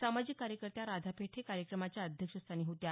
सामाजिक कार्यकर्त्या राधा पेठे कार्यक्रमाच्या अध्यक्षस्थानी होत्या